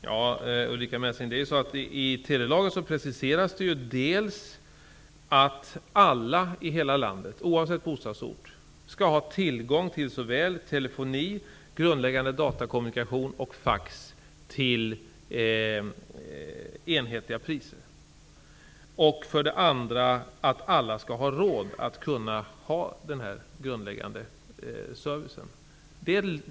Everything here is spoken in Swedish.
Herr talman! I telelagen preciseras dels att alla i hela landet, oavsett bostadsort, skall ha tillgång till såväl telefoni, grundläggande datakommunikation och fax till enhetliga priser, dels att alla skall ha råd till denna grundläggande service.